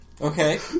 Okay